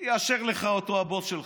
יאשר לך אותה הבוס שלך.